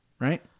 right